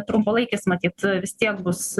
trumpalaikis matyt vis tiek bus